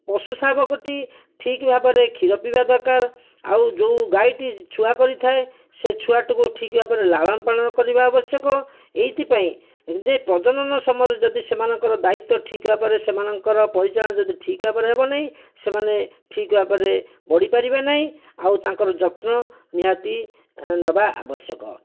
ପଶୁ ଶାବକଟି ଠିକ୍ ଭାବରେ କ୍ଷୀର ପିଇବା ଦରକାର ଆଉ ଯେଉଁ ଗାଈଟି ଛୁଆ କରିଥାଏ ସେ ଛୁଆଟିକୁ ଠିକ୍ ଭାବରେ ଲାଳନ ପାଳନ କରିବା ଆବଶ୍ୟକ ଏଇଥିପାଇଁ ଯେ ପ୍ରଜନନ ସମୟରେ ଯଦି ସେମାନଙ୍କର ଦାୟିତ୍ଵ ଠିକ୍ ଭାବରେ ସେମାନଙ୍କର ପରିଚାଳନା ଯଦି ଠିକ୍ ଭାବରେ ହେବ ନାଇଁ ସେମାନେ ଠିକ୍ ଭାବରେ ବଢ଼ି ପାରିବେ ନାହିଁ ଆଉ ତାଙ୍କର ଯତ୍ନ ନିହାତି ନେବା ଆବଶ୍ୟକ